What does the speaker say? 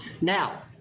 Now